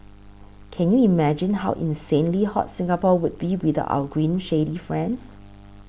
can you imagine how insanely hot Singapore would be without our green shady friends